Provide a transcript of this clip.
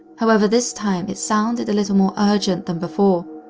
however this time it sounded a little more urgent than before.